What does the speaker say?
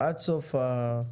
(ה)